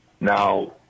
Now